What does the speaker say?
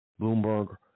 Bloomberg